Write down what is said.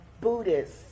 Buddhist